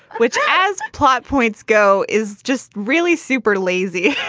which, as plot points go, is just really super lazy.